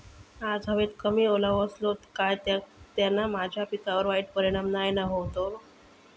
आज हवेत कमी ओलावो असतलो काय त्याना माझ्या पिकावर वाईट परिणाम नाय ना व्हतलो?